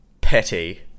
petty